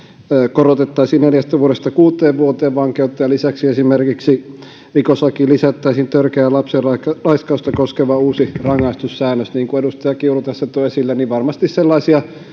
korotettaisiin neljästä vuodesta kuuteen vuoteen vankeutta ja lisäksi rikoslakiin lisättäisiin esimerkiksi törkeää lapsenraiskausta koskeva uusi rangaistussäännös niin kuin edustaja kiuru tässä toi esille nämä ovat varmasti sellaisia